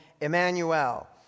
Emmanuel